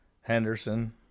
Henderson